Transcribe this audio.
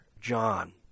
John